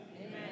Amen